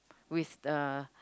with the